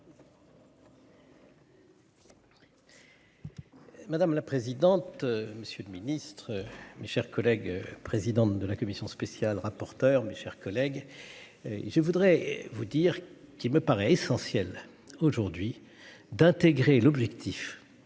Madame la présidente. Monsieur le Ministre, mes chers collègues, présidente de la Commission spéciale rapporteur, mes chers collègues. Je voudrais vous dire qu'il me paraît essentiel aujourd'hui d'intégrer l'objectif